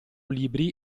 libri